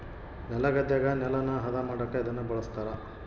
ನೆಲಗದ್ದೆಗ ನೆಲನ ಹದ ಮಾಡಕ ಇದನ್ನ ಬಳಸ್ತಾರ